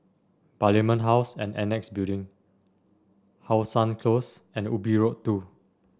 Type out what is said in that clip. Parliament House and Annexe Building How Sun Close and Ubi Road Two